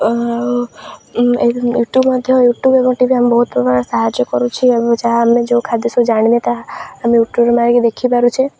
ଆଉ ୟୁଟ୍ୟୁବ୍ ମଧ୍ୟ ୟୁଟ୍ୟୁବ୍ ଏବଂ ଟି ଭି ଆମେ ବହୁତ ପ୍ରକାର ସାହାଯ୍ୟ କରୁଛି ଏବଂ ଯାହା ଆମେ ଯେଉଁ ଖାଦ୍ୟ ସବୁ ଜାଣିନେ ତାହା ଆମେ ୟୁଟ୍ୟୁବ୍ରୁ ମାରିକି ଦେଖିପାରୁଛେ